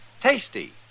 Tasty